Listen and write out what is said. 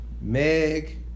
Meg